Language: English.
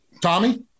Tommy